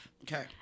Okay